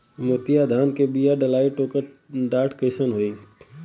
मोतिया धान क बिया डलाईत ओकर डाठ कइसन होइ?